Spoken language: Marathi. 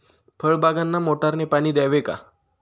फळबागांना मोटारने पाणी द्यावे का?